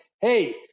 hey